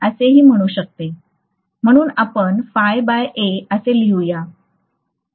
म्हणून आपण phi by A असे लिहूया